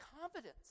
confidence